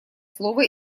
слово